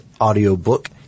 audiobook